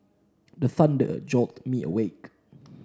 the thunder jolt me awake